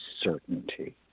certainty